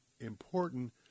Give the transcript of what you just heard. important